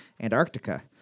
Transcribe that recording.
Antarctica